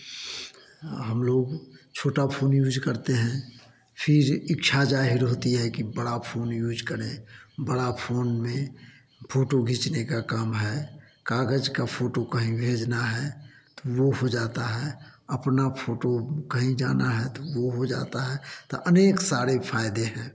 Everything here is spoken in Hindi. हम लोग छोटा फोन यूज़ करते हैं फिर इच्छा जाहिर होती है की बड़ा फोन यूज़ करें बड़ा फोन में फोटो खींचने का काम है कागज़ का फ़ोटो कहीं भेजना है तो वह हो जाता है अपना फ़ोटो कहीं जाना है तो वह हो जाता है तो अनेक सारे फ़ायदे हैं